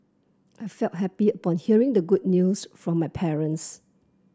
I felt happy upon hearing the good news from my parents